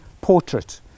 portrait